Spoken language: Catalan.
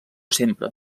sempre